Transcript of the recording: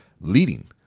leading